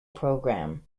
program